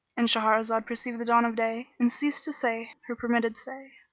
and shahrazad perceived the dawn of day and ceased to say her permitted say.